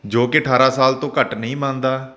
ਜੋ ਕਿ ਅਠਾਰਾਂ ਸਾਲ ਤੋਂ ਘੱਟ ਨਹੀਂ ਮੰਨਦਾ